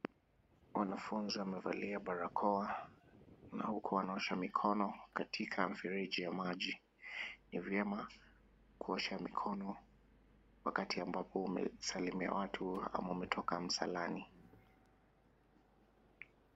Wanafunzi wamevalia barakoa na huku wanaosha mikono katika mfereji ya maji. Ni vyema kuosha mikono wakati ambapo umesalimia watu ama umetoka msalani.